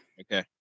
Okay